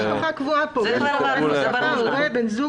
הנוסח שנשלח אתמול לא היה הנוסח העדכני,